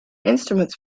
instruments